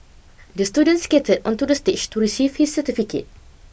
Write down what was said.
the student skated onto the stage to receive his certificate